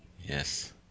Yes